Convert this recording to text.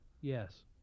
Yes